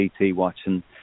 watching